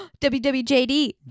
WWJD